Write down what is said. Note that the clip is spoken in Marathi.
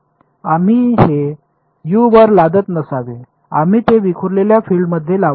आम्ही हे यू वर लादत नसावे आम्ही ते विखुरलेल्या फील्डमध्ये लावायला हवे